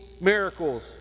miracles